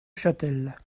châtel